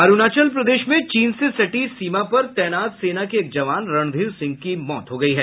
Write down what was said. अरुणाचल प्रदेश में चीन से सटी सीमा पर तैनात सेना के एक जवान रणधीर सिंह की मौत हो गई है